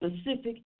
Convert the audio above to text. specific